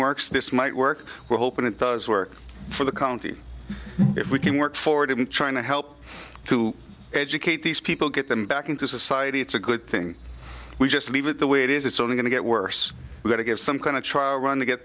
works this might work well hope it does work for the county if we can work forward and try to help to educate these people get them back into society it's a good thing we just leave it the way it is it's only going to get worse we're going to give some kind of trial run to get